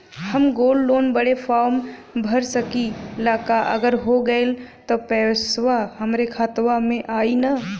हम gold loan बड़े form भर सकी ला का अगर हो गैल त पेसवा हमरे खतवा में आई ना?